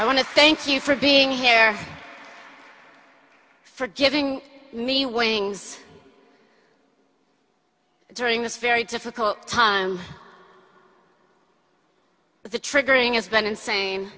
i want to thank you for being here for giving me wings during this very difficult time but the triggering has been insane